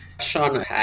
Sean